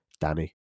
Danny